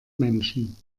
menschen